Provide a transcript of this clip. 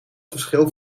verschil